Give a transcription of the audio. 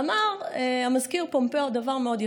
אמר המזכיר פומפיאו דבר מאוד יפה.